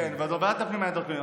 כן, בוועדת הפנים זה היה על הדרכונים.